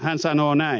hän sanoo näin